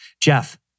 Jeff